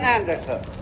Anderson